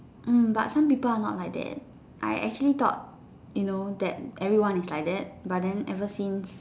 mm but some people are not like that I actually thought you know that everyone is like that but ever since